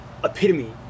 epitome